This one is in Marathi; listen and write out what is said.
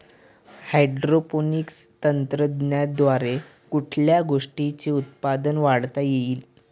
हायड्रोपोनिक्स तंत्रज्ञानाद्वारे कुठल्या गोष्टीचे उत्पादन वाढवता येईल?